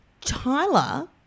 Tyler